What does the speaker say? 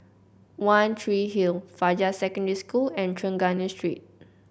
One Tree Hill Fajar Secondary School and Trengganu Street